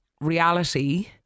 reality